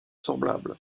semblables